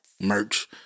Merch